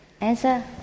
Answer